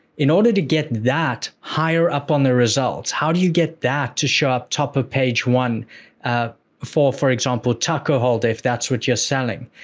in order to that higher up on the results, how do you get that to show up top of page one ah for, for example, taco holder, if that's what you're selling?